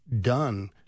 done